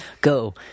go